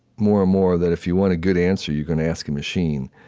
more and more, that if you want a good answer, you're gonna ask a machine.